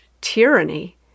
tyranny